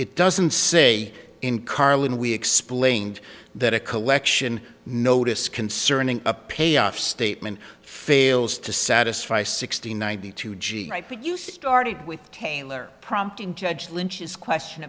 it doesn't say in carlin we explained that a collection notice concerning a payoff statement fails to satisfy sixty ninety two g my producer started with taylor prompting judge lynch's question